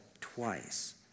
twice